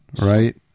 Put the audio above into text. right